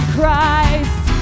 Christ